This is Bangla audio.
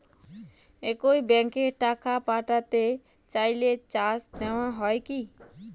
একই ব্যাংকে টাকা পাঠাতে চাইলে চার্জ নেওয়া হয় কি?